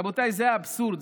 רבותיי, זה אבסורד.